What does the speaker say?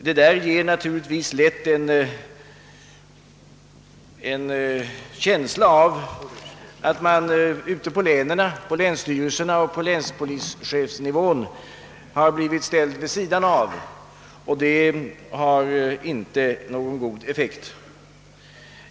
Detta ger naturligtvis lätt en känsla av att man i länsstyrelserna och på länspolisnivån har blivit ställd vid sidan om, och det har inte någon god psykologisk effekt.